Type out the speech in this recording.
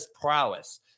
prowess